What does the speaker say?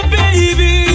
baby